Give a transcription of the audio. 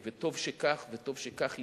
וטוב שכך, וטוב שכך יהיה.